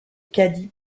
cady